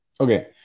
Okay